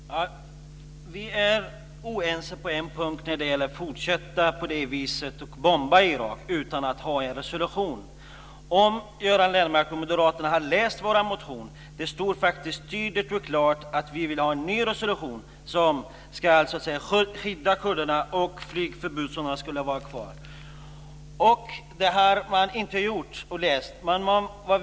Fru talman! Vi är oense på en punkt, nämligen när det gäller att fortsätta bomba Irak utan att ha en resolution. Det står tydligt och klart i vår motion att vi vill ha en ny resolution som ska skydda kurderna och som innebär att flygförbudszonen ska vara kvar. Göran Lennmarker och moderaterna har inte läst den.